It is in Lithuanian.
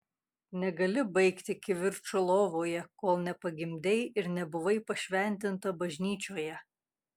negali baigti kivirčo lovoje kol nepagimdei ir nebuvai pašventinta bažnyčioje